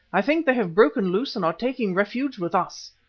i think they have broken loose and are taking refuge with us.